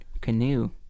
canoe